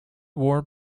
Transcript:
war